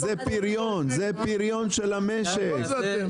וזה פריון של המשק.